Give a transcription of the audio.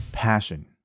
passion